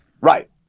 Right